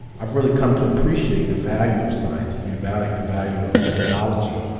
i've really come to appreciate the value of science, the value the value of methodology.